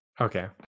Okay